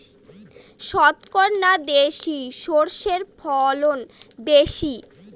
শংকর না দেশি সরষের ফলন বেশী?